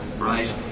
Right